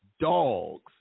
dogs